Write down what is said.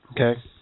Okay